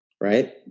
right